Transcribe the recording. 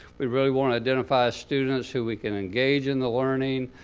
we really want to identify students who we can engage in the learning,